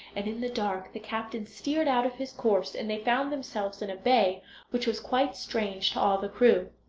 and in the dark the captain steered out of his course, and they found themselves in a bay which was quite strange to all the crew.